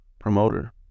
Promoter